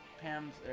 Pam's